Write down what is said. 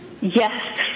Yes